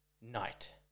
night